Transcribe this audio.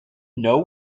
know